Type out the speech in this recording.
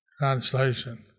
translation